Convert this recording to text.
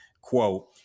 quote